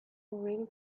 already